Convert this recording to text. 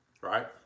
Right